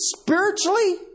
spiritually